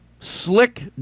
Slick